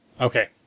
Okay